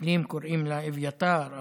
שהמתנחלים קוראים לה אביתר,